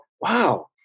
Wow